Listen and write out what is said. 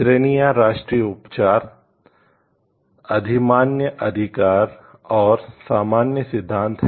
श्रेणियाँ राष्ट्रीय उपचार अधिमान्य अधिकार और सामान्य सिद्धांत हैं